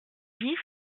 dix